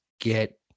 get